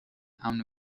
امن